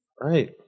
Right